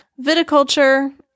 Viticulture